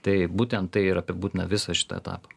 tai būtent tai ir apibūdina visą šitą etapą